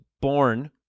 born